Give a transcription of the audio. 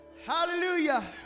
Hallelujah